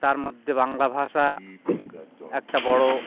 তার মধ্যে বাংলা ভাষা একটা বড়